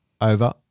Over